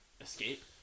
escape